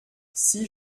six